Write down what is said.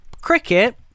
cricket